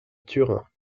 turin